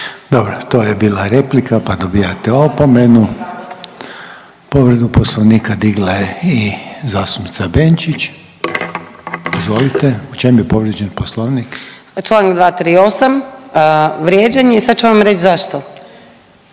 Dobro. To je bila replika pa dobijate opomenu. Povredu Poslovnika digla je i zastupnica Benčić. Izvolite, u čemu je povrijeđen Poslovnik? **Benčić, Sandra (Možemo!)** Čl. 238, vrijeđanje i sad ću vam reći zašto.